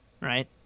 Right